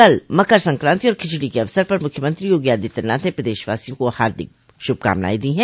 कल मकर संक्रांति और खिचड़ी क अवसर पर मुख्यमंत्री योगी आदित्यनाथ ने प्रदेशवासियों को हार्दिक शुभकामनाएं दी हैं